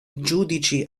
giudici